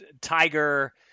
Tiger